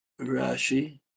Rashi